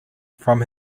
from